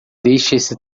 esse